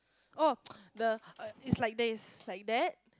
oh the err it's like daze like that